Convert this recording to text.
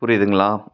புரியுதுங்களா